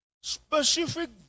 specific